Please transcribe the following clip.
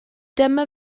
dyma